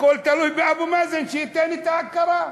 הכול תלוי באבו מאזן שייתן את ההכרה.